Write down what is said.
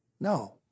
No